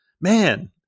Man